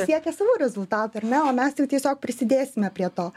siekia savo rezultatų ar ne o mes jau tiesiog prisidėsime prie to